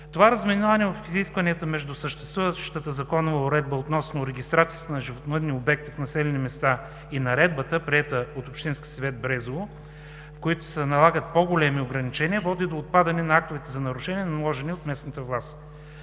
Това разминаване в изискванията между съществуващата законова уредба относно регистрацията на животновъдни обекти в населени места и наредбата, приета от Общински съвет – Брезово, където се налагат по-големи ограничения, води до отпадане на актовете за нарушение, наложени от местната власт.